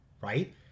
right